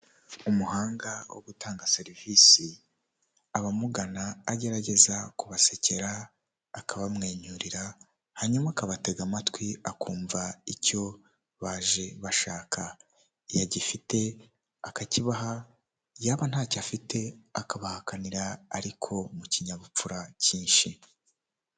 Umuhanga wo gutanga serivisi : abamugana agerageza kubasekera, akabamwenyurira, hanyuma akabatega amatwi akumva icyo baje bashaka. Iyo agifite akakibaha, yaba ntacyo afite akabahakanira ariko mu kinyabupfura cyinshi.